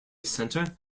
center